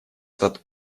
этот